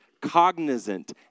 cognizant